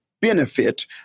benefit